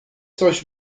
coś